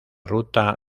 ruta